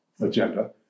agenda